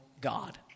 God